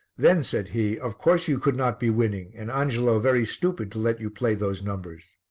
then, said he, of course you could not be winning and angelo very stupid to let you play those numbers.